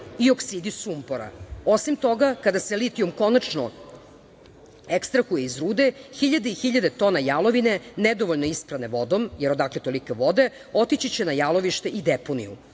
i oksidi sumpora? Osim toga, kada se litijum konačno ekstrahuje iz rude, hiljade i hiljade tona jalovine nedovoljno isprane vodom, jer odakle tolike vode, otići će na jalovište i deponiju.